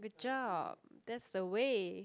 good job that's the way